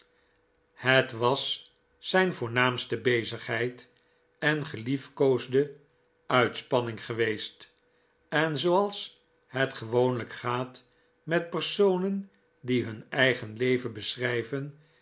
het was zijn voornaamste bezigheid en geliefkoosde uitspanning geweest en zooals het gewoonlijk gaat met personen die hun eigen leven beschrijven